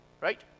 right